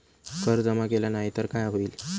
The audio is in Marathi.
कर जमा केला नाही तर काय होईल?